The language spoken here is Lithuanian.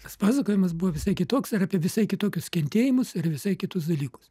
tas pasakojimas buvo visai kitoks ir apie visai kitokius kentėjimus ir visai kitus dalykus